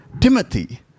Timothy